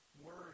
word